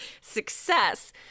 Success